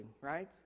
right